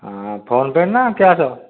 ହଁ PhonePe' ନା cash